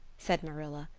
said marilla.